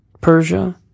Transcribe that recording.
Persia